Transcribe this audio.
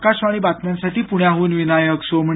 आकाशवाणी बातम्यांसाठी पुण्याहून विनायक सोमणी